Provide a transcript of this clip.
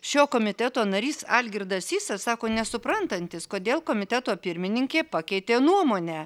šio komiteto narys algirdas sysas sako nesuprantantis kodėl komiteto pirmininkė pakeitė nuomonę